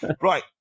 Right